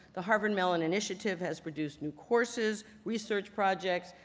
the harvard mellon initiative has produced new courses, research projects,